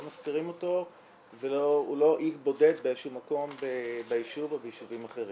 מסתירים אותו והוא לא אי בודד באיזשהו מקום ביישוב או ביישובים אחרים.